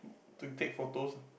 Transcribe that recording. to take photos ah